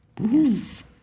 Yes